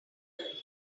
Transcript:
learning